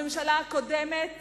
הממשלה הקודמת